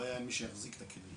הבעיה עם מי שיחזיק את הכלים.